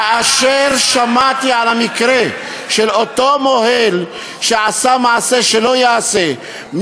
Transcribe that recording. כאשר שמעתי על המקרה של אותו מוהל שעשה מעשה שלא ייעשה,